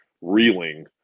reeling